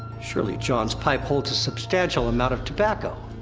surely jon's pipe holds a substantial amount of tobacco.